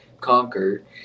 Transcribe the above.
conquered